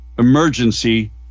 emergency